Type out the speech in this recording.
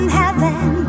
heaven